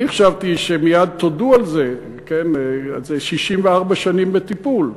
אני חשבתי שמייד תודו על זה, זה 64 שנים בטיפול.